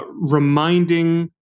reminding